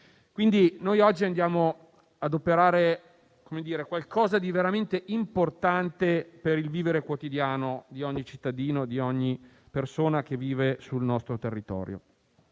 dunque, oggi andiamo ad operare un intervento veramente importante per il vivere quotidiano di ogni cittadino e di ogni persona che vive sul nostro territorio.